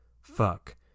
fuck